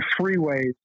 freeways